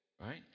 right